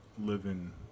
living